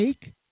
Take